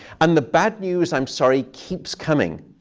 and the bad news, i'm sorry, keeps coming.